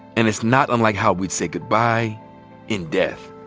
and it's not unlike how we say goodbye in death.